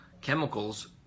chemicals